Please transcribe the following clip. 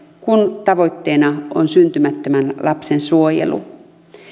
kun tavoitteena on syntymättömän lapsen suojelu